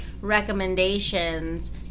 recommendations